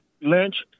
Lynch